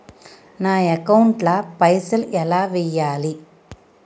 నా అకౌంట్ ల పైసల్ ఎలా వేయాలి?